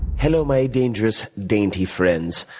hello, my dangerous, dainty friends.